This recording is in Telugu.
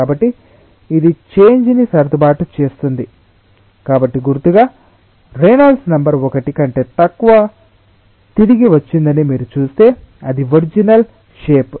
కాబట్టి ఇది చేంజ్ ని సర్దుబాటు చేస్తుంది కాబట్టి గుర్తుగా రేనాల్డ్స్ నెంబర్ ఒకటి కంటే తక్కువ తిరిగి వచ్చిందని మీరు చూస్తే అది ఒరిజినల్ షేప్